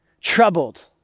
troubled